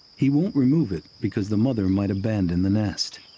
he won't remove it because the mother might abandon the nest.